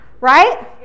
right